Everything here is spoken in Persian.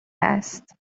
هست